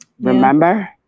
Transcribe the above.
Remember